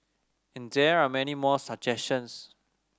and there are many more suggestions